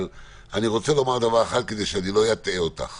אבל אני רוצה לומר דבר אחד כדי שלא אטעה אותך